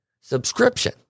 subscription